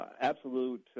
absolute